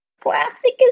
classic